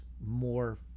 more